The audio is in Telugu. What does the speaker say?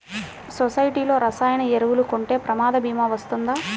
సొసైటీలో రసాయన ఎరువులు కొంటే ప్రమాద భీమా వస్తుందా?